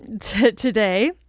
today